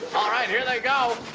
all right. here they go.